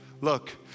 Look